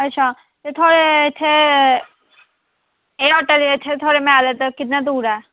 अच्छा ते थुआढ़े इत्थें एह् होटल दा इत्थै थुआढ़े मैरेज दा किन्ना दूर ऐ